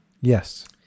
Yes